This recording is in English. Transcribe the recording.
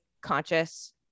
conscious